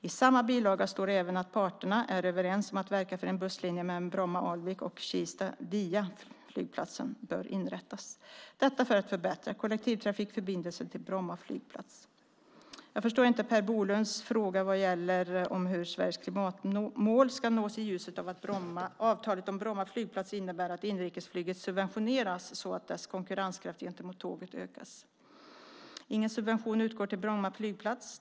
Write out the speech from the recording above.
I samma bilaga står även att parterna är överens om att verka för att en busslinje mellan Bromma, Alvik och Kista via flygplatsen inrättas, detta för att förbättra kollektivtrafikförbindelsen till Bromma flygplats. Jag förstår inte Per Bolunds fråga vad gäller hur Sveriges klimatmål ska nås i ljuset av att avtalet om Bromma flygplats innebär att inrikesflyget subventioneras så att dess konkurrenskraft gentemot tåget ökas. Ingen subvention utgår till Bromma flygplats.